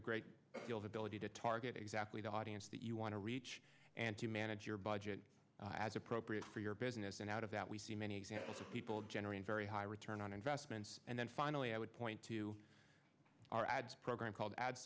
a great deal of ability to target exactly the audience that you want to reach and to manage your budget as appropriate for your business and out of that we see many examples of people generating very high return on investments and then finally i would point to our ads program called ad